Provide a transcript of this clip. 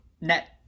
net